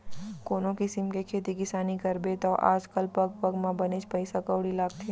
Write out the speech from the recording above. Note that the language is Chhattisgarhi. कोनों किसिम के खेती किसानी करबे तौ आज काल पग पग म बनेच पइसा कउड़ी लागथे